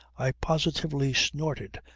i positively snorted,